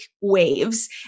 waves